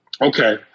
Okay